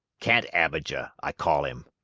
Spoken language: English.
can't abijah, i call him!